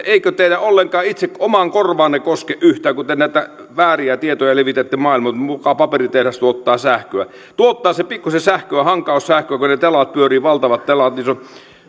eikö teillä omaan korvaanne koske yhtään kun te näitä vääriä tietoja levitätte maailmalle muka paperitehdas tuottaa sähköä tuottaa se pikkuisen sähköä hankaussähköä koska kun ne valtavat telat pyörivät niin ne ovat